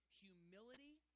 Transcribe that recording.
humility